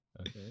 Okay